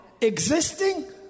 Existing